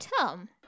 Tom